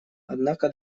однако